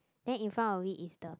then in front of it is the